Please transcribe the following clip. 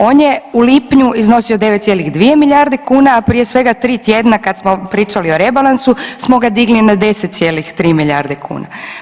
On je u lipnju iznosio 9,2 milijarde kune, a prije svega tri tjedna kad smo pričali o Rebalansu smo ga digli na 10,3 milijarde kuna.